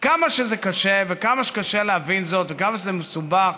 כמה שזה קשה וכמה שקשה להבין זאת וכמה שזה מסובך,